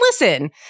listen